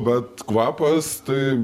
bet kvapas tai